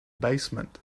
basement